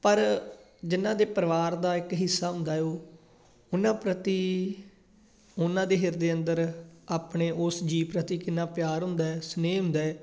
ਪਰ ਜਿਨ੍ਹਾਂ ਦੇ ਪਰਿਵਾਰ ਦਾ ਇੱਕ ਹਿੱਸਾ ਹੁੰਦਾ ਉਹ ਉਨ੍ਹਾਂ ਪ੍ਰਤੀ ਉਨ੍ਹਾਂ ਦੇ ਹਿਰਦੇ ਅੰਦਰ ਆਪਣੇ ਉਸ ਜੀਵ ਪ੍ਰਤੀ ਕਿੰਨਾ ਪਿਆਰ ਹੁੰਦਾ ਸਨੇਹ ਹੁੰਦਾ